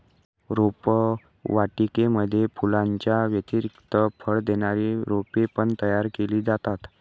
रोपवाटिकेमध्ये फुलांच्या व्यतिरिक्त फळ देणारी रोपे पण तयार केली जातात